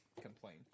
complain